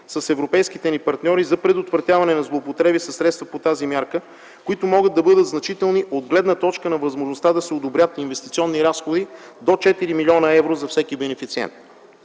с европейските ни партньори за предотвратяване на злоупотреби със средства по тази мярка, които могат да бъдат значителни от гледна точка на възможността да се одобрят инвестиционни разходи до 4 млн. евро за всеки бенефициент.